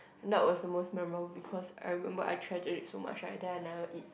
that was the most memorable because I remember I try to read so much right then I never eat